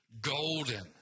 golden